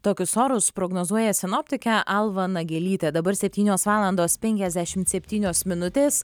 tokius orus prognozuoja sinoptikė alva nagelytė dabar septynios valandos penkiasdešimt septynios minutės